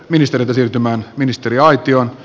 ministeriötä siirtämään ministeriaitioon